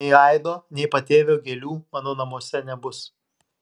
nei aido nei patėvio gėlių mano namuose nebus